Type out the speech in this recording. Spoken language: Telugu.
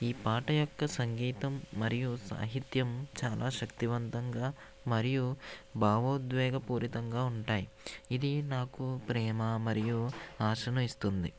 ఈ పాట యొక్క సంగీతం మరియు సాహిత్యం చాలా శక్తివంతంగా మరియు భావోద్వేగపూరితంగా ఉంటాయి ఇది నాకు ప్రేమ మరియు ఆశను ఇస్తుంది